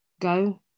go